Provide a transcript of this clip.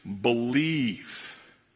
believe